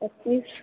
पचीस